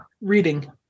Reading